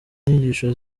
inyigisho